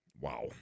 Wow